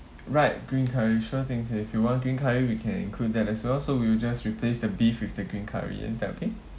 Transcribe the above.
right green curry sure thing sir if you want green curry we can include that as well so we'll just replace the beef with the green curry is that okay